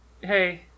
Hey